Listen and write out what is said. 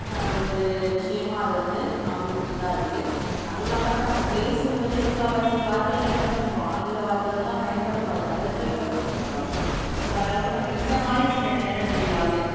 ஒரு விஷயமாக அது வந்து அமைஞ்துட்டு தான் இருக்குது அதுவும் இல்லாமல் இப்போ நம்ம பேசும்போதே முக்கால்வாசி வார்த்தைகள் என்ன பண்ணுறோம் ஆங்கில வார்த்தைகள் தான் பயன்படுத்துகிறோம் அது நடைமுறைப்படுத்தப்பட்டாலும் அதாவது நம்ம இந்த மாதிரி சில நேரங்களில்லாவது